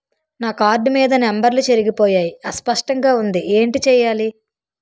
నా కార్డ్ మీద నంబర్లు చెరిగిపోయాయి అస్పష్టంగా వుంది ఏంటి చేయాలి?